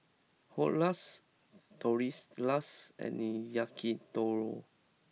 Dhokla Tortillas and Yakitori